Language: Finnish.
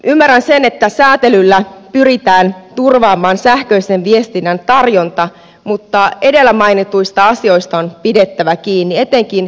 ymmärrän sen että säätelyllä pyritään turvaamaan sähköisen viestinnän tarjonta mutta edellä mainituista asioista on pidettävä kiinni etenkin kohtuuhinnasta